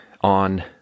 on